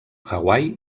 hawaii